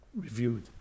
reviewed